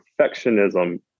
perfectionism